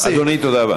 אדוני, תודה רבה.